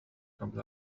قبل